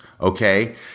okay